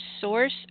Source